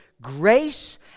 grace